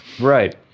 Right